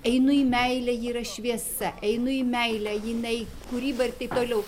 einu į meilę ji yra šviesa einu į meilę jinai kūryba ir taip toliau